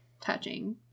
touching